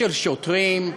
שוטרים,